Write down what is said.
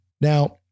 Now